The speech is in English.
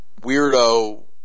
weirdo